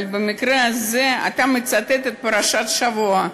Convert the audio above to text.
אבל במקרה הזה אתה מצטט את פרשת השבוע.